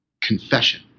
confession